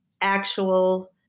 actual